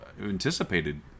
anticipated